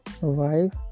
wife